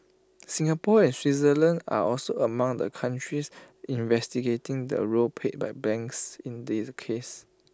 Singapore and Switzerland are also among the countries investigating the roles paid by banks in this case